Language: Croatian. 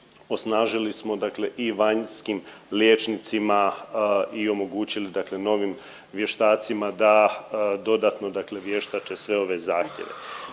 osnažili smo dakle i vanjskim liječnicima i omogućili dakle novim vještacima da dodatno dakle vještače sve ove zahtjeve.